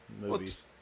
Movies